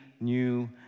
new